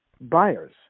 buyers